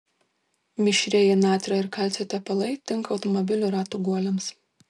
mišrieji natrio ir kalcio tepalai tinka automobilių ratų guoliams